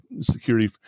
security